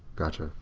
got you.